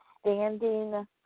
standing